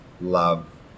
love